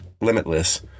limitless